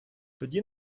тоді